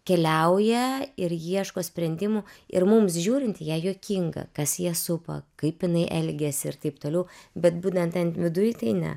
keliauja ir ieško sprendimų ir mums žiūrint jei juokinga kas ją supa kaip jinai elgiasi ir taip toliau bet būtent ten viduj tai ne